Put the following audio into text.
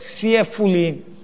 fearfully